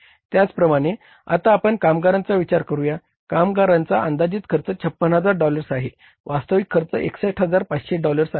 त्याचप्रमाणे आता आपण कामगारांचा विचार करूया कामगारांचा अंदाजित खर्च 56000 डॉलर्स आहे वास्तविक खर्च 61500 डॉलर्स आहे